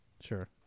Sure